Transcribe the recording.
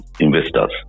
investors